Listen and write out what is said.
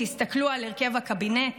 תסתכלו על הרכב הקבינט.